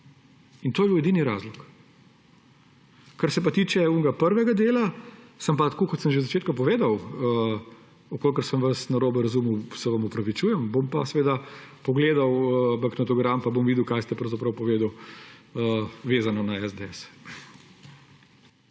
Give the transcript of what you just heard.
In to je bil edini razlog. Kar se pa tiče tistega prvega dela, kot sem že na začetku povedal, če sem vas narobe razumel, se vam opravičujem, bom pa pogledal magnetogram in bom videl, kaj ste pravzaprav povedali, vezano na SDS.